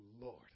Lord